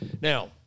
Now